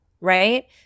Right